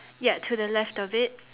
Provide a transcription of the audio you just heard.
ya to the left of it